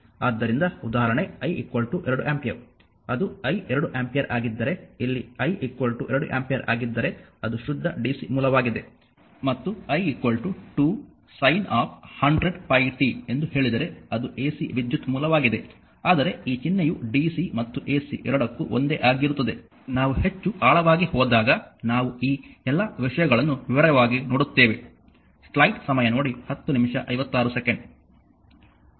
ಆದ್ದರಿಂದ ಉದಾಹರಣೆ i 2 ampere ಅದು i 2 ಆಂಪಿಯರ್ ಆಗಿದ್ದರೆ ಇಲ್ಲಿ i 2 ಆಂಪಿಯರ್ ಆಗಿದ್ದರೆ ಅದು ಶುದ್ಧ DC ಮೂಲವಾಗಿದೆ ಮತ್ತು i 2 sin 100 pi t ಎಂದು ಹೇಳಿದರೆ ಅದು Ac ವಿದ್ಯುತ್ ಮೂಲವಾಗಿದೆ ಆದರೆ ಈ ಚಿಹ್ನೆಯು DC ಮತ್ತು Ac ಎರಡಕ್ಕೂ ಒಂದೇ ಆಗಿರುತ್ತದೆ ನಾವು ಹೆಚ್ಚು ಆಳವಾಗಿ ಹೋದಾಗ ನಾವು ಈ ಎಲ್ಲ ವಿಷಯಗಳನ್ನು ವಿವರವಾಗಿ ನೋಡುತ್ತೇವೆ